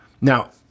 Now